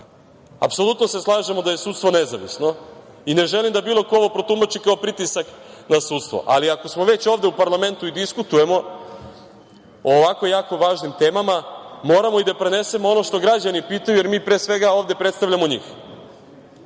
tako. Apsolutno se slažem da je sudstvo nezavisno i ne želim da bilo ko ovo protumači kao pritisak na sudstvo, ali ako smo već ovde u parlamentu i diskutujemo o ovako jako važnim temama, moramo da prenesemo i ono što građani pitaju, jer mi, pre svega, ovde predstavljamo njih.U